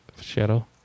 Shadow